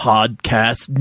Podcast